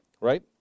right